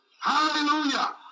Hallelujah